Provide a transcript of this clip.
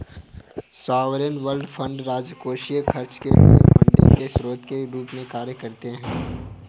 sovereign wealth fund राजकोषीय खर्च के लिए फंडिंग के स्रोत के रूप में कार्य करते हैं